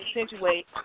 accentuate